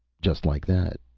just like that,